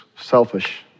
Selfish